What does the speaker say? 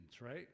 right